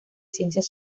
ciencias